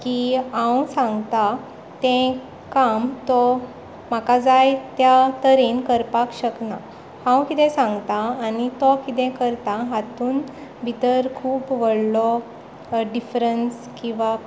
की हांव सांगतां तें काम तो म्हाका जाय त्या तरेन करपाक शकना हांव कितें सांगतां आनी तो कितें करता तातूंत भितर खूब व्हडलो डिफ्रंस किंवा